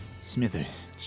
Smithers